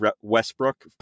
Westbrook